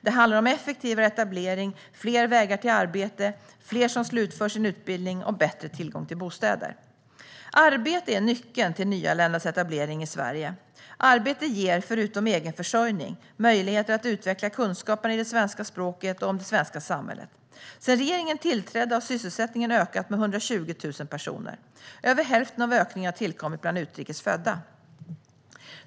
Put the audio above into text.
Det handlar om effektivare etablering, fler vägar till arbete, fler som slutför sin utbildning och bättre tillgång till bostäder. Arbete är nyckeln till nyanländas etablering i Sverige. Arbete ger, förutom egenförsörjning, möjligheter att utveckla kunskaperna i det svenska språket och om det svenska samhället. Sedan regeringen tillträdde har sysselsättningen ökat med 120 000 personer. Över hälften av ökningen har tillkommit bland utrikes födda.